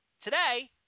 today